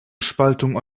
spaltung